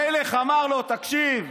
המלך אמר לו: תקשיב,